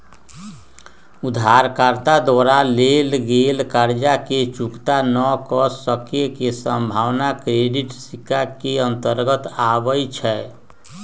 उधारकर्ता द्वारा लेल गेल कर्जा के चुक्ता न क सक्के के संभावना क्रेडिट रिस्क के अंतर्गत आबइ छै